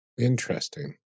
interesting